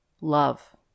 love